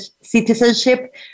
citizenship